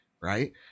right